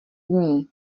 dní